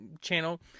channel